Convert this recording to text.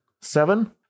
seven